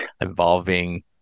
involving